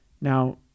Now